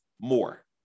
more